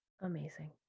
Amazing